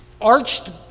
arched